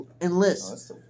enlist